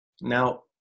Now